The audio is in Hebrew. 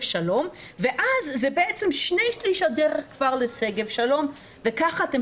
שלום ואז זה בעצם 2/3 הדרך כבר לשגב שלום וכך אתם